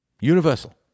universal